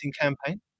campaign